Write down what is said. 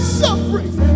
suffering